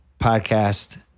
podcast